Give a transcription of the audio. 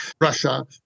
Russia